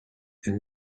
and